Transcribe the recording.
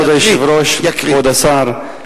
כבוד היושב-ראש, כבוד השר,